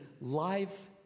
life